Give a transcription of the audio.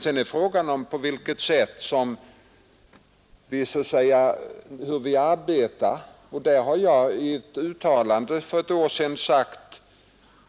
Men sedan är det fråga om hur vi arbetar, och därvidlag har jag i ett uttalande för ett år sedan sagt